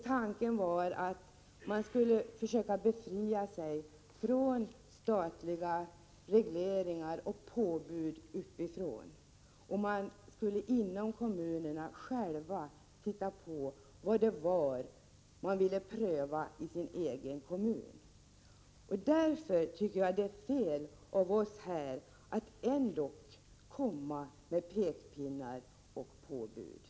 Tanken var att dessa kommuner skulle försöka befria sig från statliga regleringar och påbud uppifrån. Kommunerna skulle själva bestämma vad de ville pröva i den egna kommunen. Därför tycker jag att det är fel av oss här att komma med pekpinnar och påbud.